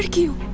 you